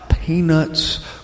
Peanuts